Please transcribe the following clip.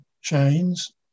chains